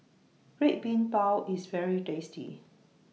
Red Bean Bao IS very tasty